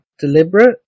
deliberate